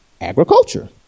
agriculture